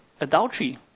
adultery